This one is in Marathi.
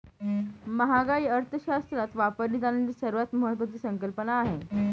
महागाई अर्थशास्त्रात वापरली जाणारी सर्वात महत्वाची संकल्पना आहे